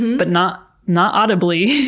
but not, not audibly. oh,